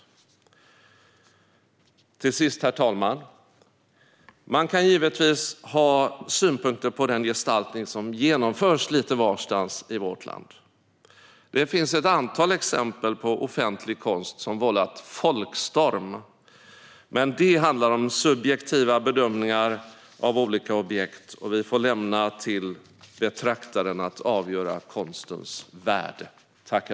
Till sist, herr talman, kan man givetvis ha synpunkter på den gestaltning som genomförs lite varstans i vårt land. Det finns ett antal exempel på offentlig konst som vållat folkstorm. Men det handlar om subjektiva bedömningar av olika objekt, och vi får lämna till betraktaren att avgöra konstens värde.